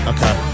Okay